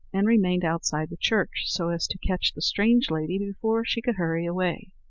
and remained outside the church, so as to catch the strange lady before she could hurry away.